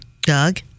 Doug